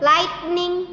Lightning